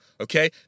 Okay